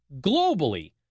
globally